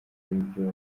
y’ibyo